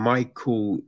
Michael